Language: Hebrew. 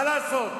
מה לעשות,